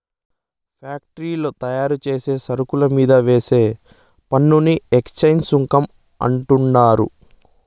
ఫ్యాక్టరీల్ల తయారుచేసే సరుకుల మీంద వేసే పన్నుని ఎక్చేంజ్ సుంకం అంటండారు